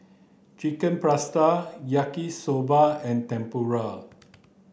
Chicken Pasta Yaki soba and Tempura